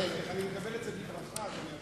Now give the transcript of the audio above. אדוני היושב-ראש, אני מקבל את זה בברכה.